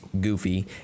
Goofy